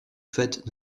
faites